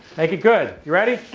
make it good, you ready?